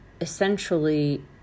essentially